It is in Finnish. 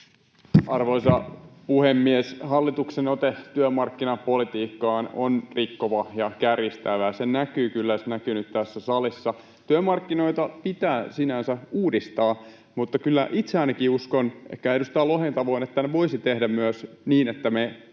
Arvoisa puhemies! Hallituksen ote työmarkkinapolitiikkaan on rikkova ja kärjistävä. Se näkyy kyllä, ja se näkyy nyt tässä salissa. Työmarkkinoita pitää sinänsä uudistaa. Mutta kyllä itse ainakin uskon, ehkä edustaja Lohen tavoin, että sen